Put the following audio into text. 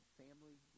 family